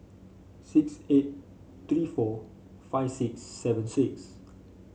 six eight three four five six seven six